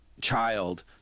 child